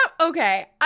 Okay